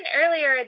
earlier